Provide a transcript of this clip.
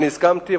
הסכמתי,